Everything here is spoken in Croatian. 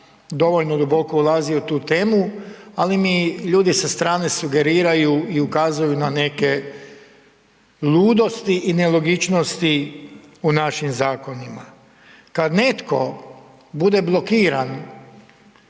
duboko ulazio u tu temu, ali mi ljudi sa strane sugeriraju i ukazuju na neke ludosti i nelogičnosti u našim zakonima. Kada netko bude blokiran